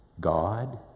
God